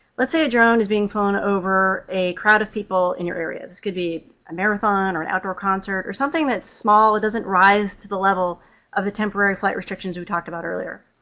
let's say a drone is being flown over a crowd of people in your area. this could be a marathon or an outdoor concert or something that's small doesn't rise to the level of the temporary flight restrictions we talked about earlier.